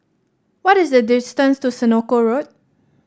what is the distance to Senoko Road